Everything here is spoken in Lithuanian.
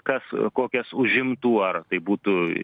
kas kokias užimtų ar tai būtų